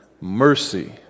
mercy